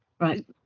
right